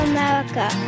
America